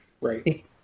Right